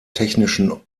technischen